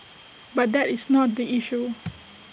but that is not the issue